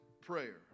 prayer